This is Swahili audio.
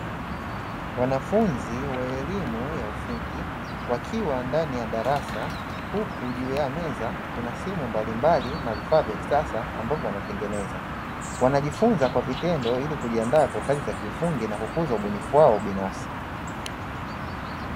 Wanafunzi wa elimu ya ufundi wakiwa ndani ya darasa, huku juu ya meza kuna simu mbalimbali na vifaa vya kisasa ambavyo wanatengeneza, wanajifunza kwa vitendo ili kujiandaa kwa kazi za vitendo ili kujiandaa kwa kazi za kiufundi na kukuza ubunifu wao binafsi.